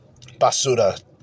Basura